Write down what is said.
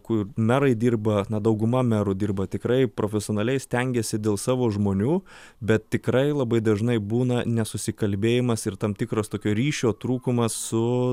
kur merai dirba na dauguma merų dirba tikrai profesionaliai stengiasi dėl savo žmonių bet tikrai labai dažnai būna nesusikalbėjimas ir tam tikros tokio ryšio trūkumas su